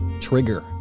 Trigger